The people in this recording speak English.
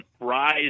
rise